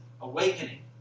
awakening